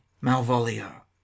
malvolio